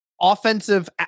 offensive